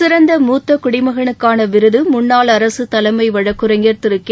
சிறந்த மூத்த குடிமகனுக்கான விருது முன்னாள் அரசு தலைமை வழக்குரைஞர் கே